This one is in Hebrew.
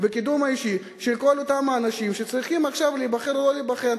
והקידום האישי של כל אותם האנשים שצריכים עכשיו להיבחר או לא להיבחר.